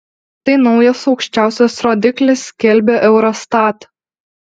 tai naujas aukščiausias rodiklis skelbia eurostat